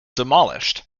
demolished